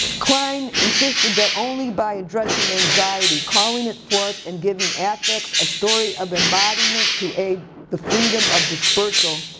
klein insisted that only by addressing anxiety calling it forth and giving affects a story of embodiment to aid the freedom of dispersal.